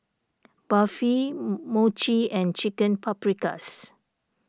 Barfi Mochi and Chicken Paprikas